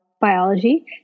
biology